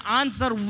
answer